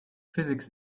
physics